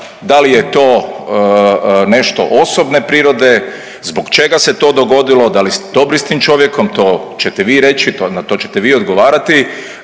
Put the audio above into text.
da li je to nešto osobne prirode, zbog čega se to dogodilo, da li ste dobri s tim čovjekom, to ćete vi reći, na to ćete vi odgovarati,